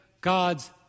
God's